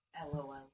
LOL